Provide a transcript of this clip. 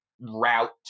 route